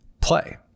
play